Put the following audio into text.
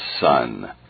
son